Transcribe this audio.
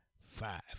five